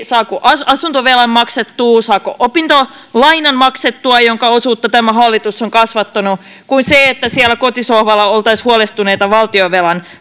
saako asuntovelan maksettua saako opintolainan maksettua jonka osuutta tämä hallitus on kasvattanut kuin että siellä kotisohvalla oltaisiin huolestuneita valtionvelan